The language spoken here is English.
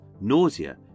nausea